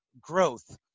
growth